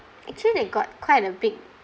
actually they got quite a big